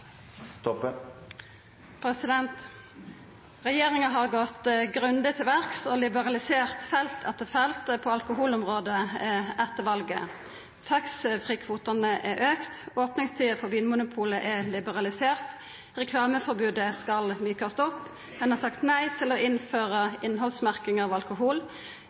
Regjeringa har gått grundig til verks og liberalisert felt etter felt på alkoholområdet etter valet. Taxfree-kvotane har auka, opningstida for Vinmonopolet er liberalisert, reklameforbodet skal mjukast opp, og ein har sagt nei til å innføra innhaldsmerking av alkohol.